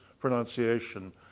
pronunciation